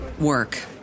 work